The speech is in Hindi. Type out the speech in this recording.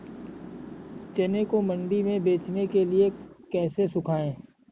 चने को मंडी में बेचने के लिए कैसे सुखाएँ?